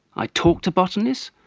i've talked to botanists,